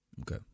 Okay